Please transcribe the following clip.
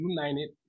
United